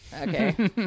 Okay